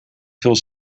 veel